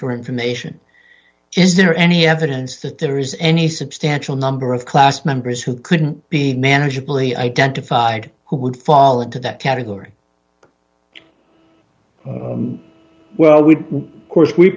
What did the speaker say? for information is there any evidence that there is any substantial number of class members who couldn't be manageable he identified who would fall into that category well we course we